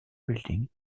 building